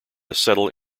settle